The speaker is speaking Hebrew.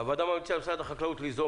הוועדה ממליצה למשרד החקלאות ליזום